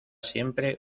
siempre